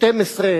12,